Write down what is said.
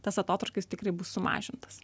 tas atotrūkis tikrai bus sumažintas